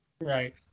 Right